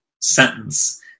sentence